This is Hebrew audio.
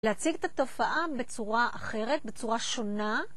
להציג את התופעה בצורה אחרת, בצורה שונה.